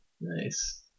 Nice